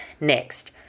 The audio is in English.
next